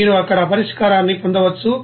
కాబట్టి మీరు అక్కడ ఆ పరిష్కారాన్ని పొందవచ్చు